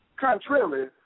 contrary